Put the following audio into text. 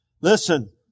Listen